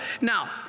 now